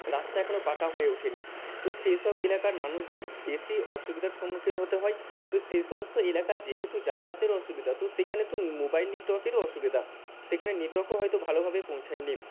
রাস্তা এখনো পাকা হয়ে ওঠেনি তো সেই সব এলাকার মানুষদের বেশি অসুবিধার সম্মুখীন হতে হয় তো সেই সমস্ত এলাকা যেহেতু যাতায়াতের অসুবিধা তো সেইখানে তো মোবাইল নেটওয়ার্কেরও অসুবিধা সেখানে নেটওয়ার্কও হয়তো ভালোভাবে পৌঁছয়নি